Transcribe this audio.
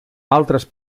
altres